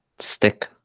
Stick